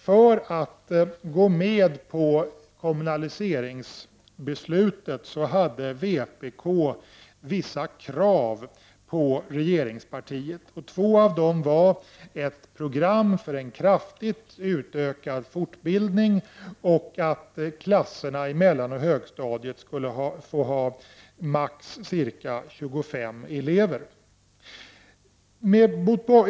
För att gå med på kommunaliseringsbeslutet hade vpk vissa krav på regeringspartiet. Två av dessa krav var ett program för en kraftigt utökad fortbildning och att klasserna i mellanoch högstadiet maximalt skulle ha ca 25 elever.